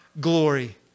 glory